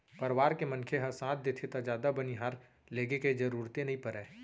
परवार के मनखे ह साथ देथे त जादा बनिहार लेगे के जरूरते नइ परय